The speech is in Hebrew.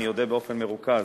אני אודה באופן מרוכז.